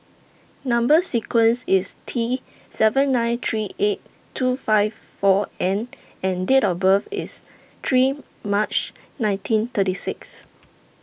Number sequence IS T seven nine three eight two five four N and Date of birth IS three March nineteen thirty six